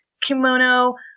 kimono